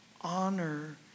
honor